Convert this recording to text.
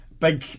big